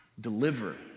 deliver